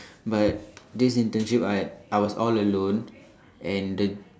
but this internship I I was all alone and the